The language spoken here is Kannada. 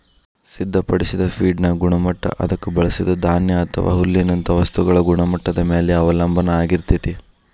ಸಿದ್ಧಪಡಿಸಿದ ಫೇಡ್ನ ಗುಣಮಟ್ಟ ಅದಕ್ಕ ಬಳಸಿದ ಧಾನ್ಯ ಅಥವಾ ಹುಲ್ಲಿನಂತ ವಸ್ತುಗಳ ಗುಣಮಟ್ಟದ ಮ್ಯಾಲೆ ಅವಲಂಬನ ಆಗಿರ್ತೇತಿ